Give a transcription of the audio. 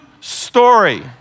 story